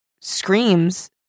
screams